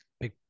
Big